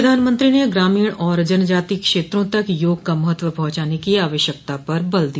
प्रधानमंत्री ने ग्रामीण और जनजातीय क्षेत्रों तक योग का महत्व पहुंचाने की आवश्यकता पर बल दिया